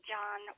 John